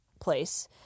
place